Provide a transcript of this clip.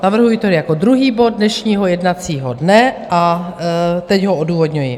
Navrhuji to jako druhý bod dnešního jednacího dne a teď ho odůvodňuji.